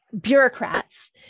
bureaucrats